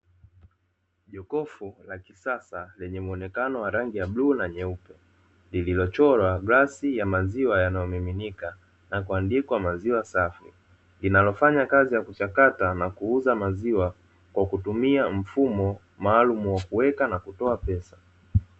Jokofu la kisasa lenye mwonekano wa rangi ya bluu na nyeupe, lililochorwa glasi ya maziwa yanayomiminika na kuandikwa "Maziwa safi", linalofanya kazi ya kuchakata na kuuza maziwa, kwa kutumia mfumo maalumu wa kuweka na kutoa pesa.